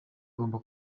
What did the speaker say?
igomba